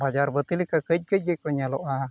ᱵᱟᱡᱟᱨᱵᱟᱹᱛᱤ ᱞᱮᱠᱟ ᱠᱟᱹᱡᱠᱟᱹᱡ ᱜᱮᱠᱚ ᱧᱮᱞᱚᱜᱼᱟ